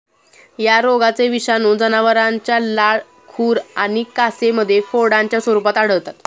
या रोगाचे विषाणू जनावरांच्या लाळ, खुर आणि कासेमध्ये फोडांच्या स्वरूपात आढळतात